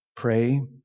Pray